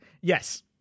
Yes